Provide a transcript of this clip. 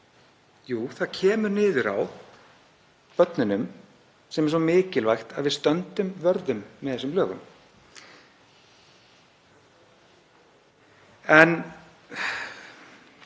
Jú, það kemur niður á börnunum sem er svo mikilvægt að við stöndum vörð um með þessum lögum. Ég